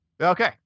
Okay